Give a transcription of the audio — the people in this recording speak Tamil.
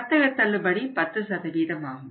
வர்த்தக தள்ளுபடி 10 ஆகும்